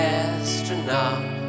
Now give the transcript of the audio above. astronaut